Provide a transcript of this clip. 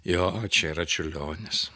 jo čia yra čiurlionis